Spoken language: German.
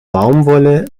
baumwolle